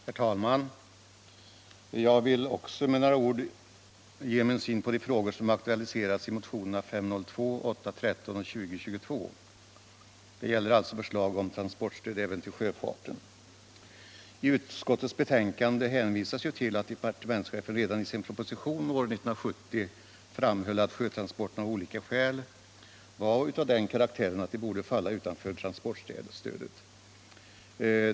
Herr talman! Jag vill med några ord ge min syn på de frågor som aktualiserats i motionerna 502, 813 och 2022. Det gäller alltså förslag om transportstöd även till sjöfarten. I utskottets betänkande hänvisas till att departementschefen redan i sin proposition år 1970 framhöll att sjötransporterna av olika skäl var av den karaktären att de borde falla utanför transportstödet.